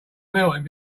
melting